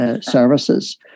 services